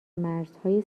مرزهای